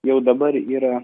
jau dabar yra